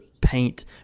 paint